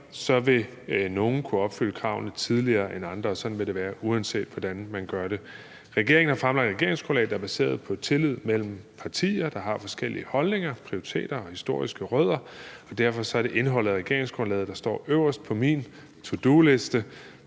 vil nogle kunne opfylde kravene tidligere end andre, og sådan vil det være, uanset hvordan man gør det. Regeringen har fremlagt et regeringsgrundlag, der er baseret på tillid mellem partier, der har forskellige holdninger, prioriteter og historiske rødder, og derfor er det indholdet af regeringsgrundlaget, der står øverst på min to do-liste.